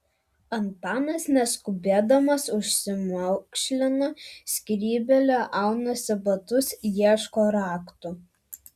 antanas neskubėdamas užsimaukšlina skrybėlę aunasi batus ieško raktų